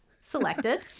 selected